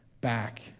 back